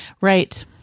right